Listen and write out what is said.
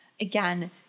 Again